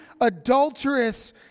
adulterous